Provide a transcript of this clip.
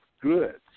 good